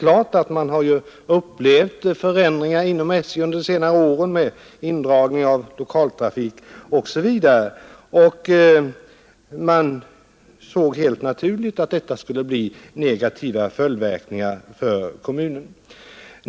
Eftersom man i Alvesta upplevt förändringar inom SJ under senare år — indragningar av lokaltrafik osv. — insåg man helt naturligt att en eventuell förläggning av bangården till Räppe skulle få negativa följdverkningar för kommunen.